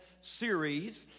series